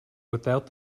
without